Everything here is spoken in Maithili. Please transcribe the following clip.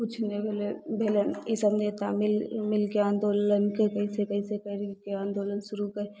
किछु नहि होलै भेलै ईसब नेता मिल मिलके आंदोलन कैसे कैसे करिके आंदोलन शुरू